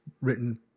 written